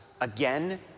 again